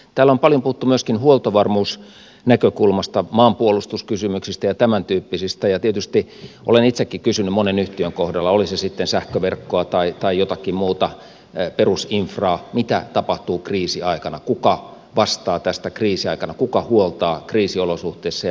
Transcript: täällä on paljon puhuttu myöskin huoltovarmuusnäkökulmasta maanpuolustuskysymyksistä ja tämäntyyppisistä ja tietysti olen itsekin kysynyt monen yhtiön kohdalla oli se sitten sähköverkkoa tai jotakin muuta perusinfraa mitä tapahtuu kriisiaikana kuka vastaa tästä kriisiaikana kuka huoltaa kriisiolosuhteissa ja muuten